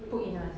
put in ah